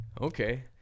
okay